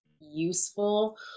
useful